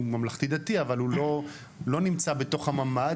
ממלכתי דתי אבל הוא לא נמצא בתוך הממ"ד,